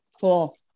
Cool